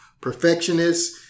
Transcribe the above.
perfectionist